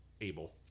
Abel